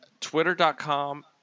Twitter.com